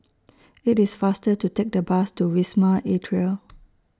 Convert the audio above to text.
IT IS faster to Take The Bus to Wisma Atria